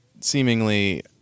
seemingly